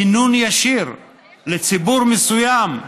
כינון ישיר לציבור מסוים,